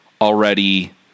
already